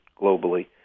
globally